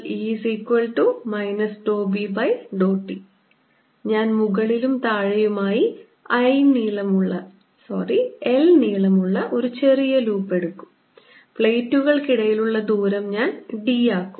E B∂t ഞാൻ മുകളിലും താഴെയുമായി l നീളമുള്ള ഒരു ചെറിയ ലൂപ്പ് എടുക്കും പ്ലേറ്റുകൾക്കിടയിലുള്ള ദൂരം ഞാൻ d ആക്കും